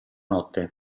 notte